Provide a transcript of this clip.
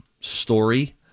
story